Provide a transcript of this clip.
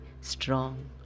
strong